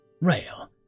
Rail